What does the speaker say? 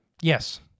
Yes